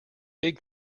big